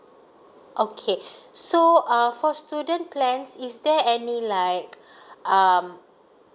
okay so err for student plans is there any like um